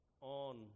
on